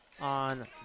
on